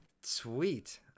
sweet